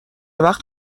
وقت